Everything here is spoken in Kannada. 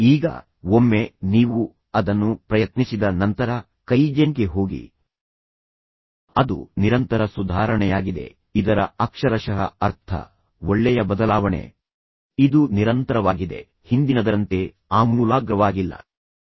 ಈಗ ಒಮ್ಮೆ ನೀವು ಅದನ್ನು ಪ್ರಯತ್ನಿಸಿದ ನಂತರ ಅದನ್ನು ಪ್ರಯತ್ನಿಸಿ ನಂತರ ಕೈಜೆನ್ಗೆ ಹೋಗಿ ಅದು ನಿರಂತರ ಸುಧಾರಣೆಯಾಗಿದೆ ಇದರ ಅಕ್ಷರಶಃ ಅರ್ಥ ಒಳ್ಳೆಯ ಬದಲಾವಣೆ ಆದರೆ ಇದು ನಿರಂತರವಾಗಿದೆ ಹಿಂದಿನದರಂತೆ ಆಮೂಲಾಗ್ರವಾಗಿಲ್ಲ ಆದರೆ ಇದು ನಿರಂತರವಾಗಿದೆ